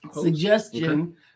Suggestion